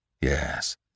yes